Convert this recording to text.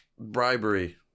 bribery